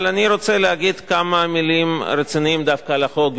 אבל אני רוצה להגיד כמה מלים רציניות דווקא על החוק,